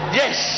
yes